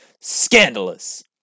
Scandalous